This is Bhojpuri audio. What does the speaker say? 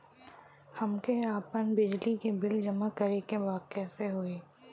हमके आपन बिजली के बिल जमा करे के बा कैसे होई?